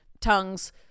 tongues